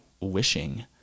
wishing